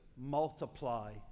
multiply